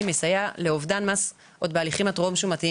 מסייע לאובדן מס עוד בהליכים הטרום-שומתיים,